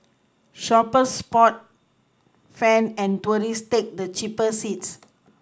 shoppers sport fan and tourist take the cheaper seats